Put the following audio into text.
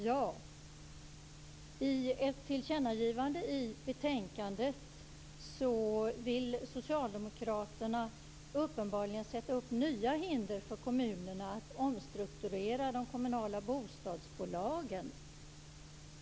Svar: I ett tillkännagivande vill socialdemokraterna uppenbarligen sätta upp nya hinder för kommuner att omstrukturera de kommunala bostadsbolagen.